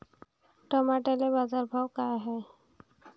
टमाट्याले बाजारभाव काय हाय?